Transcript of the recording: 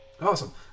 Awesome